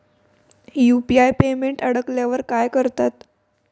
UPI payment अडकल्यावर काय करतात?